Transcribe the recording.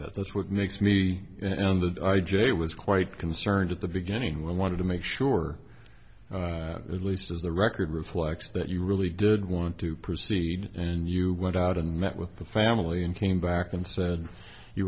that that's what makes me and that r j was quite concerned at the beginning we wanted to make sure least as the record reflects that you really did want to proceed and you went out and met with the family and came back and said you